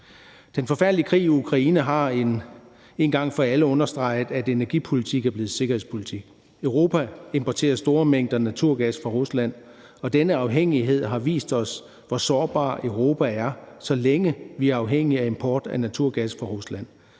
Den forfærdelige krig i Ukraine har en gang for alle understreget, at energipolitik er blevet sikkerhedspolitik. Europa importerer store mængder naturgas fra Rusland, og denne afhængighed har vist os, hvor sårbar Europa er, så længe vi er afhængige af import af naturgas fra Rusland.